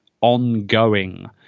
ongoing